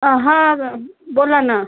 हा बोला ना